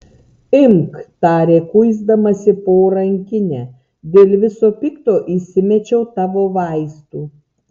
imk tarė kuisdamasi po rankinę dėl viso pikto įsimečiau tavo vaistų